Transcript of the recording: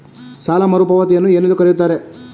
ಸಾಲ ಮರುಪಾವತಿಯನ್ನು ಏನೆಂದು ಕರೆಯುತ್ತಾರೆ?